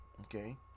Okay